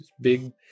Big